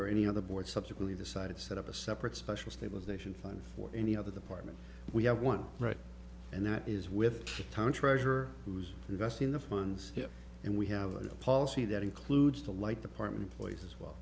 or any other board subsequently decided to set up a separate special stabilization fund for any other departments we have one right and that is with the town treasurer who's investing the funds and we have a policy that includes the light department please as well